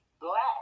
black